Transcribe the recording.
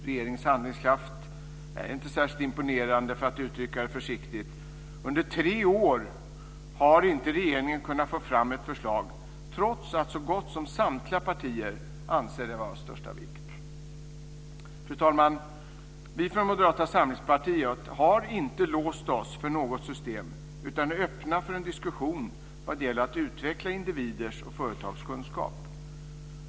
Regeringens handlingskraft är inte särskilt imponerande, för att uttrycka det försiktigt. Under tre år har inte regeringen kunnat få fram ett förslag, trots att så gott som samtliga partier anser det vara av största vikt. Fru talman! Vi i Moderata samlingspartiet har inte låst oss för något system utan är öppna för en diskussion när det gäller att utveckla individers och företags kunskap.